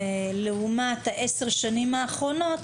לעומת עשר השנים האחרונות,